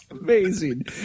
amazing